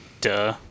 Duh